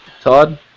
Todd